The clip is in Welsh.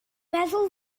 meddwl